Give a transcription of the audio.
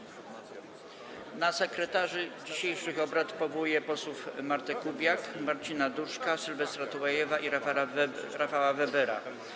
Na sekretarzy dzisiejszych obrad powołuję posłów Martę Kubiak, Marcina Duszka, Sylwestra Tułajewa i Rafała Webera.